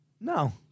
No